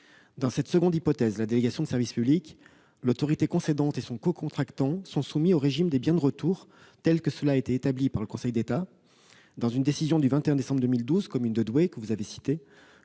Dans cette seconde hypothèse, l'autorité concédante et son cocontractant sont soumis au régime des biens de retour, tel que cela a été établi par le Conseil d'État. Dans une décision du 21 décembre 2012,, que vous avez citée,